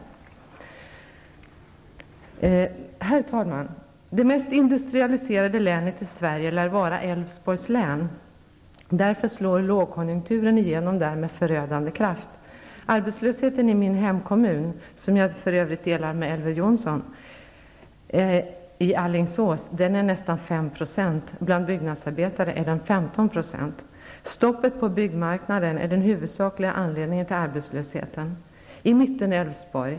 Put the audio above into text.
Fru talman! Det mest industrialiserade länet i Sverige lär vara Älvsborgs län. Därför slår lågkonjunkturen igenom där med förödande kraft. Arbetslösheten i min hemkommun Alingsås -- som jag för övrigt delar med Elver Jonsson -- är nästan Stoppet på byggmarknaden är den huvudsakliga anledningen till arbetslösheten.